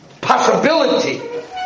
possibility